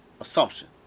assumption